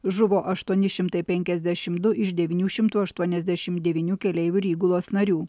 žuvo aštuoni šimtai penkiasdešim du iš devynių šimtų aštuoniasdešim devynių keleivių ir įgulos narių